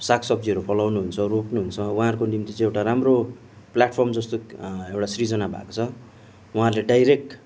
साग सब्जीहरू फलाउनुहुन्छ रोप्नु हुन्छ उहाँहरूको निम्ति चाहिँ एउटा राम्रो प्लाटफर्म जस्तो एउटा सृजना भएको छ उहाँले डाइरेक्ट